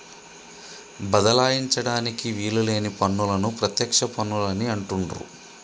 బదలాయించడానికి వీలు లేని పన్నులను ప్రత్యక్ష పన్నులు అని అంటుండ్రు